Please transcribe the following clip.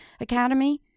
Academy